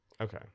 Okay